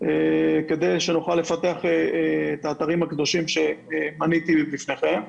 כדי שנוכל לפתח את האתרים הקדושים שמניתי לפניכם.